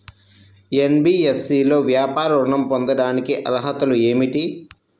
NBFC లో వ్యాపార ఋణం పొందటానికి అర్హతలు ఏమిటీ?